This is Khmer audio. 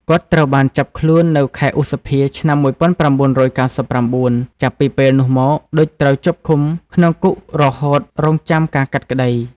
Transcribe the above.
គាត់ត្រូវបាន ចាប់ខ្លួននៅខែឧសភា ឆ្នាំ១៩៩៩ចាប់ពីពេលនោះមក ឌុច ត្រូវជាប់ឃុំ ក្នុងគុករហូតរង់ចាំការកាត់ក្តី។